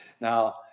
Now